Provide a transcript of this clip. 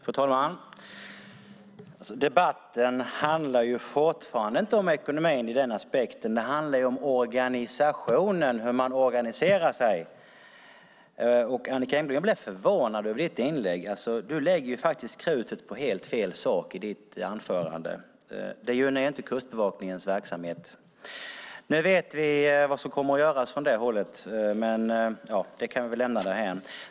Fru talman! Debatten handlar fortfarande inte om ekonomin ur den aspekten. Den handlar om organisationen, hur man organiserar sig. Jag blev förvånad över Annicka Engbloms inlägg. Hon lade krutet på helt fel saker i sitt inlägg. Det gynnar inte Kustbevakningens verksamhet. Nu vet vi vad som kommer att göras från det hållet, men det kan vi lämna därhän.